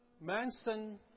Manson